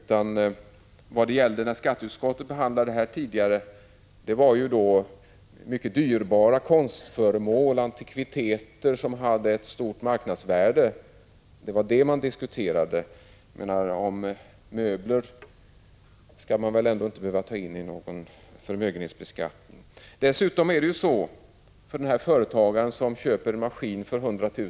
Vad man diskuterade när skatteutskottet tidigare behandlade den här saken var mycket dyrbara konstföremål och antikviteter som hade ett — Prot. 1985/86:106 stort marknadsvärde. Möbler skall man väl ändå inte behöva ta in i någon 2 april 1986 förmögenhetsbeskattning. - Dessutom är det så att när en företagare köper en maskin för 100 000 kr.